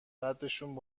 قدشون